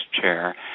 Chair